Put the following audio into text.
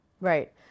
Right